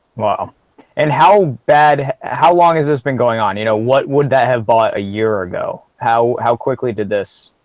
wow and how bad how long has this been going on you know what would that have bought a year ago, how how quickly did this?